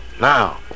Now